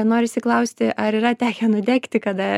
norisi klausti ar yra tekę nudegti kada